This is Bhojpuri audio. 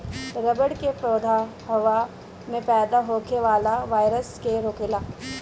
रबड़ के पौधा हवा में पैदा होखे वाला वायरस के रोकेला